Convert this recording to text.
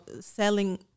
selling